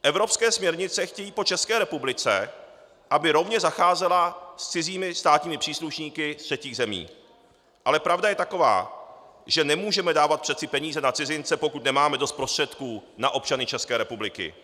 Evropské směrnice chtějí po České republice, aby zacházela s cizími státními příslušníky z třetích zemí rovně, ale pravda je taková, že nemůžeme přece dávat peníze na cizince, pokud nemáme dost prostředků na občany České republiky.